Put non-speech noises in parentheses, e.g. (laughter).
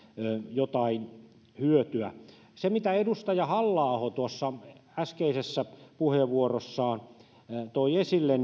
jotain hyötyä jatkan hieman siitä mitä edustaja halla aho äskeisessä puheenvuorossaan toi esille (unintelligible)